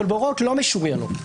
אבל בהוראות לא משוריינות,